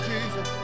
Jesus